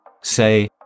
say